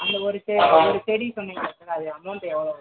அந்த ஒரு செ ஒரு செடி சொன்னீங்கல்ல சார் அதுக்கு அமௌண்ட் எவ்வளவு வரும்